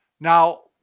now,